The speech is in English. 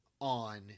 on